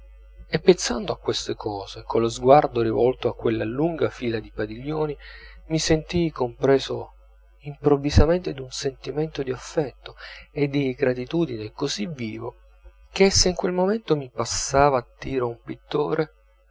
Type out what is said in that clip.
e pensando a queste cose collo sguardo rivolto a quella lunga fila di padiglioni mi sentii compreso improvvisamente d'un sentimento di affetto e di gratitudine così vivo che se in quel momento mi passava a tiro un pittore